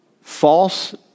false